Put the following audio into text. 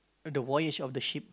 the voyage of the ship